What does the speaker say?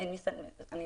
אין --- זה